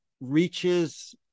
reaches